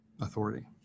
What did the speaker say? authority